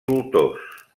voltors